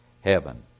heaven